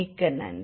மிக்க நன்றி